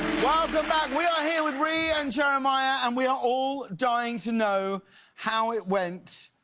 welcome back, we're here with ree and jerimiyah. and we're all dying to know how it went.